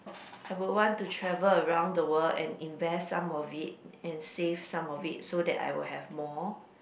I would want to travel around the world and invest some of it and save some of it so that I will have more